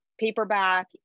paperback